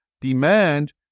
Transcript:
demand